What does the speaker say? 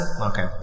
Okay